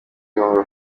gahunga